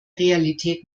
realität